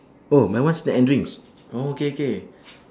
oh my one snack and drinks oh okay K